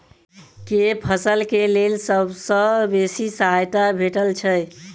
केँ फसल केँ लेल सबसँ बेसी सहायता भेटय छै?